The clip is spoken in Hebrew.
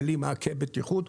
בלי מעקה בטיחות,